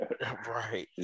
Right